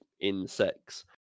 insects